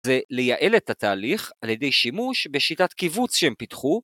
‫וליעל את התהליך על ידי שימוש ‫בשיטת קיווץ שהם פיתחו.